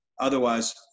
Otherwise